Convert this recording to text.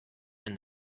and